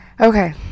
Okay